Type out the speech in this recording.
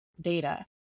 data